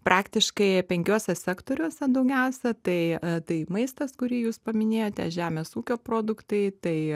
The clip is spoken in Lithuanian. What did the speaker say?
praktiškai penkiuose sektoriuose daugiausia tai tai maistas kurį jūs paminėjote žemės ūkio produktai tai